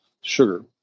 sugar